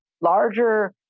larger